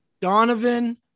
Donovan